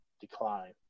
decline